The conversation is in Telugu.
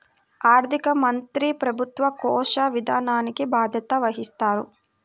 ఆర్థిక మంత్రి ప్రభుత్వ కోశ విధానానికి బాధ్యత వహిస్తారు